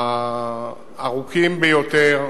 הארוכים ביותר.